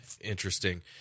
Interesting